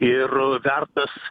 ir vertas